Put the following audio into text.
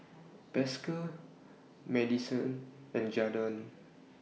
Pascal Madisen and Jadon